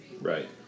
Right